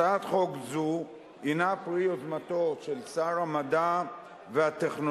הצעת חוק זו היא פרי יוזמתו של שר המדע והטכנולוגיה,